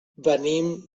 venim